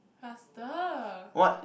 faster